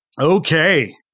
Okay